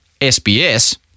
SBS